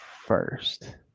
first